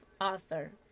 author